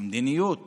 המדיניות